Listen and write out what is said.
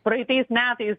praeitais metais